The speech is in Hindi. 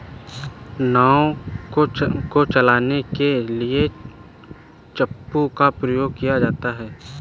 नाव को चलाने के लिए चप्पू का प्रयोग किया जाता है